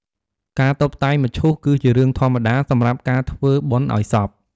ការតុបតែងមឈូស គឺជារឿងធម្មតាសម្រាប់ការធ្វើបុណ្យឲ្យសព។